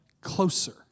closer